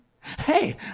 Hey